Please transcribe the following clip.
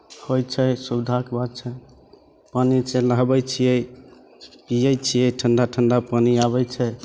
होइ छै सुविधाके बात छै पानिसँ लहबइ छियै पीयै छियै ठण्डा ठण्डा पानि आबय छै